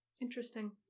interesting